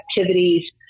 activities